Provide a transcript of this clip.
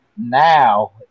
now